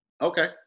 Okay